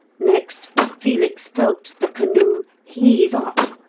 next felix felt the canoe heave up,